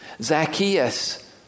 Zacchaeus